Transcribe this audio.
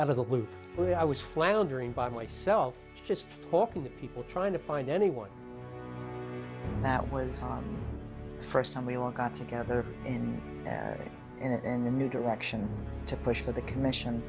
out of the blue i was floundering by myself just talking to people trying to find anyone that was the first time we all got together and a new direction to push for the commission